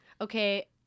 Okay